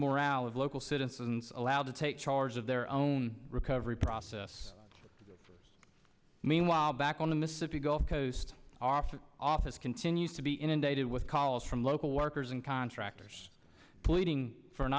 morale of local citizens allowed to take charge of their own recovery process for us meanwhile back on the mississippi gulf coast often office continues to be inundated with calls from low workers and contractors pleading for an